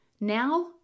Now